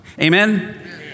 Amen